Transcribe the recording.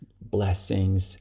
blessings